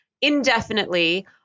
indefinitely